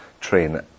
train